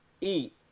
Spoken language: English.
eat